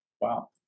Wow